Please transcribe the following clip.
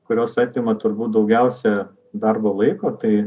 kurios atima turbūt daugiausia darbo laiko tai